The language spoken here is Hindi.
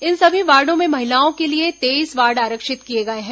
इन सभी वार्डो में महिलाओं के लिए तेईस वार्ड आरक्षित किए गए हैं